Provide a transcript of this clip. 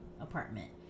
apartment